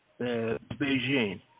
beijing